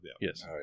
Yes